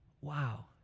Wow